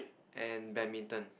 and badminton